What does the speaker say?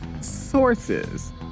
Sources